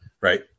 Right